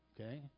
Okay